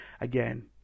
Again